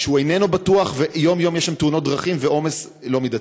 שהוא איננו בטוח ויום-יום יש שם תאונות דרכים ועומס לא מידתי.